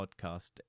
podcast